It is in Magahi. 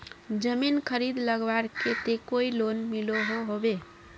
जमीन खरीद लगवार केते कोई लोन मिलोहो होबे?